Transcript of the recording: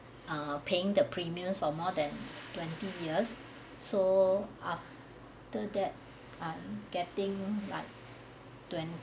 err paying the premiums for more than twenty years so after that I'm getting like twen~